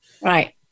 Right